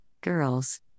girls